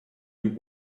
dem